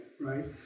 right